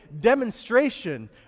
demonstration